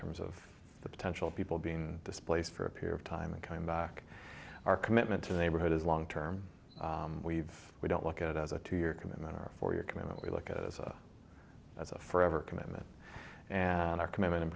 terms of the potential people being displaced for a period of time and coming back our commitment to neighborhood is long term we've we don't look at it as a two year commitment or four year commitment we look at it as a as a forever commitment and our commitment in